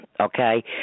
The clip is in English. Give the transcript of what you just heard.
Okay